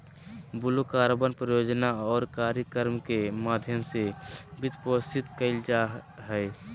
blue carbon परियोजना और कार्यक्रम के माध्यम से वित्तपोषित कइल जा हइ